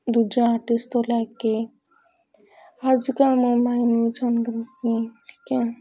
ਦੂਜਾ ਆਰਟਿਸਟ ਤੋਂ ਲੈ ਕੇ ਅੱਜ ਕੱਲ੍ਹ ਠੀਕ ਹੈ